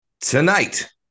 Tonight